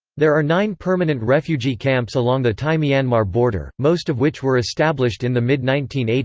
there are nine permanent refugee camps along the thai-myanmar border, most of which were established in the mid nineteen eighty